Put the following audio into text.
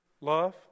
love